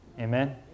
Amen